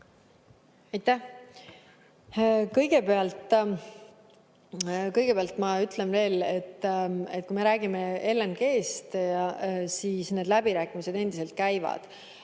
Aitäh! Kõigepealt ma ütlen veel, et kui me räägime LNG‑st, siis need läbirääkimised endiselt käivad